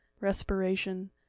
respiration